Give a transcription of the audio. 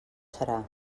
serà